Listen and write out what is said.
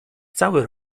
cały